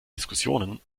diskussionen